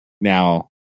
Now